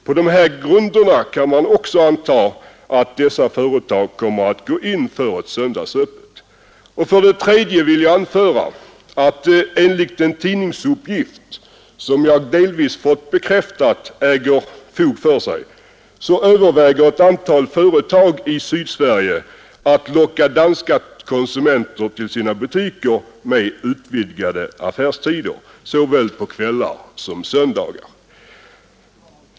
På de här grunderna kan man också anta att dessa företag kommer att gå in för ett öppethållande på söndagar. För de tredje vill jag påpeka att enligt en tidningsuppgift, som jag delvis fått bekräftad, överväger ett antal företag i Sydsverige att locka danska konsumenter till sina butiker med utvidgade affärstider såväl på kvällar som på söndagar.